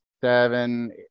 seven